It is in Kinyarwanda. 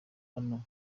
hano